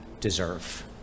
deserve